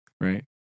Right